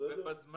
בסדר?